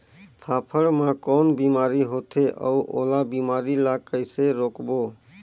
फाफण मा कौन बीमारी होथे अउ ओला बीमारी ला कइसे रोकबो?